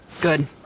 Good